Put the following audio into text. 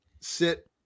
sit